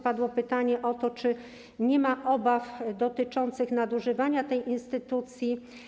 Padło pytanie o to, czy nie ma obaw dotyczących nadużywania tej instytucji.